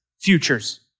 futures